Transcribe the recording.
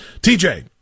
tj